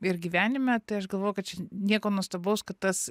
ir gyvenime tai aš galvoju kad čia nieko nuostabaus kad tas